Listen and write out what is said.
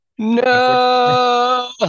no